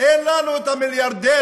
אין לנו את המיליארדרים